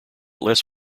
less